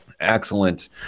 Excellent